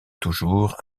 toujours